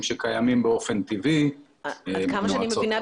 שקיימים באופן טבעי במועצות עד כמה שאני מבינה,